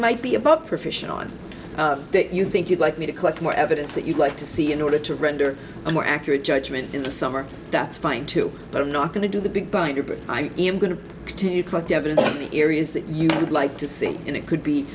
might be above professional and if you think you'd like me to collect more evidence that you'd like to see in order to render a more accurate judgment in the summer that's fine too but i'm not going to do the big binder but i am going to continue collect evidence of the areas that you would like to see and it could be